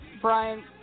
Brian